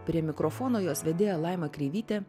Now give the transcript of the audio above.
prie mikrofono jos vedėja laima kreivytė